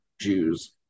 Jews